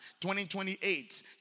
2028